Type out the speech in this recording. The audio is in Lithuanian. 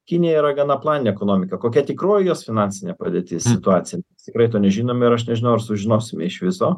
kinijoj yra gana planinė ekonomika kokia tikroji jos finansinė padėtis situacija tikrai to nežinome ir aš nežinau ar sužinosime iš viso